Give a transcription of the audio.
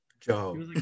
Joe